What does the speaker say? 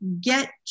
get